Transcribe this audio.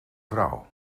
vrouw